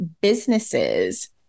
businesses